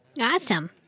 Awesome